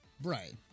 Right